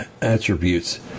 attributes